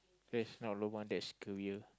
that's not lobang that's career